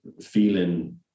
feeling